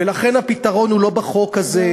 ולכן הפתרון הוא לא בחוק הזה,